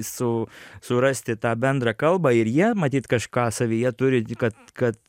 su surasti tą bendrą kalbą ir jie matyt kažką savyje turi kad kad